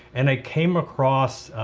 and i came across,